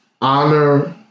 honor